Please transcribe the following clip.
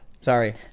Sorry